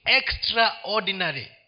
extraordinary